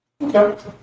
Okay